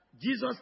Jesus